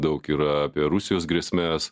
daug yra apie rusijos grėsmes